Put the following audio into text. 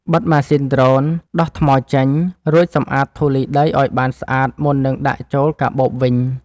បិទម៉ាស៊ីនដ្រូន ដោះថ្មចេញ រួចសម្អាតធូលីដីឱ្យបានស្អាតមុននឹងដាក់ចូលកាបូបវិញ។